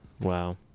Wow